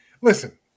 listen